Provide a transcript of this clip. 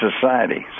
society